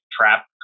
trap